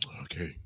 okay